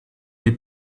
les